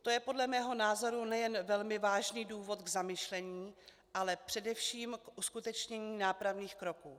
To je podle mého názoru nejen velmi vážný důvod k zamyšlení, ale především k uskutečnění nápravných kroků.